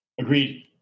Agreed